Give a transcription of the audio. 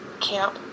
camp